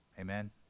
Amen